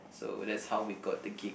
so that's how we got the gig